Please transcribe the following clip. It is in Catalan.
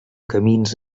camins